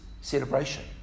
celebration